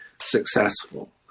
successful